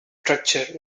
structure